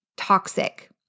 toxic